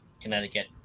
Connecticut